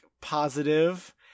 positive